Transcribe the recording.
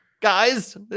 Guys